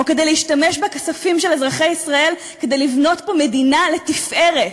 או כדי להשתמש בכספים של אזרחי ישראל כדי לבנות פה מדינה לתפארת,